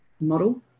model